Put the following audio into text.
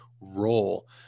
role